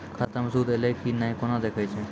खाता मे सूद एलय की ने कोना देखय छै?